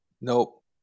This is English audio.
nope